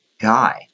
guy